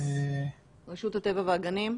שלום לכולם.